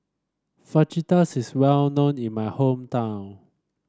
fajitas is well known in my hometown